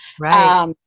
Right